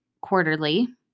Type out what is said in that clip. quarterly